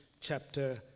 chapter